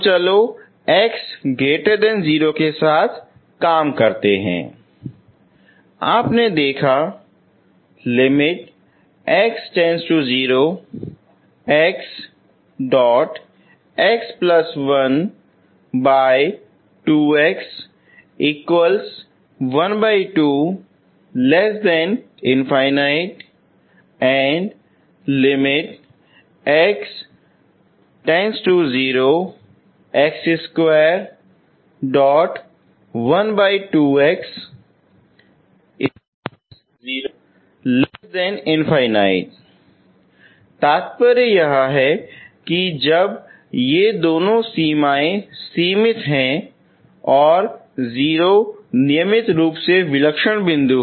चलो x0 के साथ काम करते हैं आपने देखा तात्पर्ये यह है की जब ये दोनों सीमाएं सीमित हैं 0 नियमित रूप से विलक्षण बिंदु है